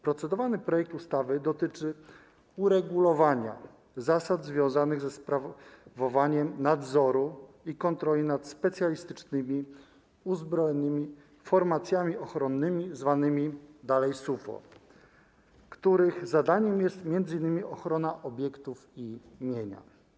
Procedowany projekt ustawy dotyczy uregulowania zasad związanych ze sprawowaniem nadzoru i kontroli nad specjalistycznymi uzbrojonymi formacjami ochronnymi, zwanymi dalej SUFO, których zadaniem jest m.in. ochrona obiektów i mienia.